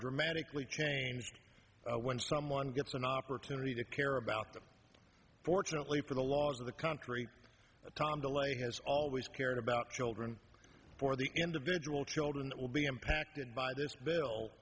dramatically changed when someone gets an opportunity to care about them fortunately for the laws of the country tom de lay has always cared about children for the individual children that will be impacted by this bill